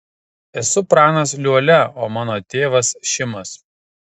esu pranas liuolia o mano tėvas šimas